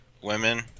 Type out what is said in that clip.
women